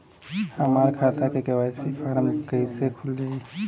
हमार खाता KYC form जमा कइले से खुल जाई?